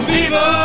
Viva